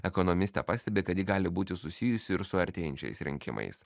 ekonomistė pastebi kad ji gali būti susijusi ir su artėjančiais rinkimais